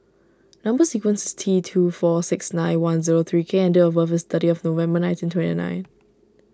Number Sequence is T two four six nine one zero three K and date of birth is thirtieth November nineteen twenty nine